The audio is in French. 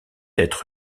être